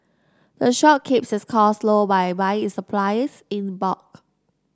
the shop keeps its costs low by buying its supplies in bulk